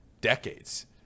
decades